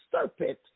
serpent